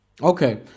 okay